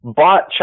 bought